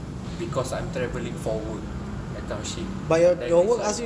because I'm travelling for work that kind of shit then it's like